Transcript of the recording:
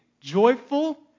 joyful